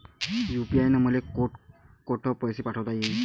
UPI न मले कोठ कोठ पैसे पाठवता येईन?